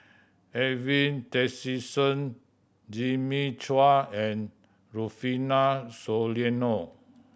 Edwin Tessensohn Jimmy Chua and Rufino Soliano